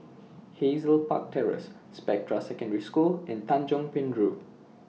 Hazel Park Terrace Spectra Secondary School and Tanjong Penjuru